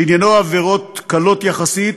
שעניינו עבירות קלות יחסית,